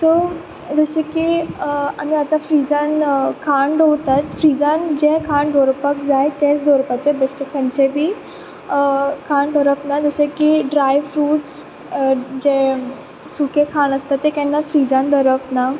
so जशें की आमी आतां फ्रिजान खाण दवरतात फ्रिजान जें खाण दवरुपाक जाय तेंच दवरुपाचें बेश्टें खंयचेंय बी खाण दवरप ना जशें की ड्राय फ्रुट्स जे सुकें खाण आसता तें केन्नाच फ्रिजान दवरप ना